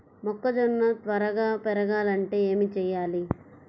మొక్కజోన్న త్వరగా పెరగాలంటే ఏమి చెయ్యాలి?